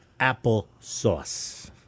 applesauce